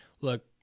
look